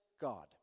God